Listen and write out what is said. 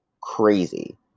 crazy